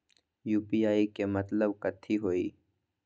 UPI के मतलब कथी होई?